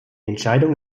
entscheidung